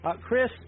Chris